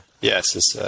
yes